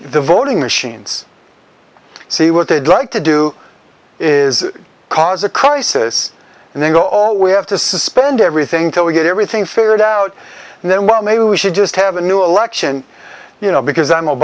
the voting machines see what they'd like to do is cause occurrences and then go all we have to suspend everything till we get everything figured out and then well maybe we should just have a new election you know because i'm